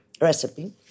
Recipe